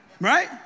Right